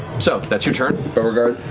so that's your turn. beauregard,